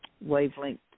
wavelength